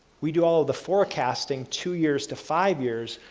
we do all of the forecasting two years to five years,